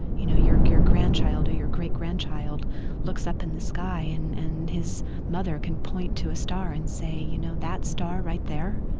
you know, your your grandchild or your great-grandchild looks up in the sky and and his mother can point to a star and say, you know, that star right there?